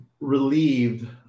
relieved